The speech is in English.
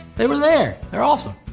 they were there. they're awesome.